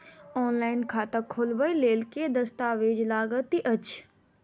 Online खाता खोलबय लेल केँ दस्तावेज लागति अछि?